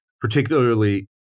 particularly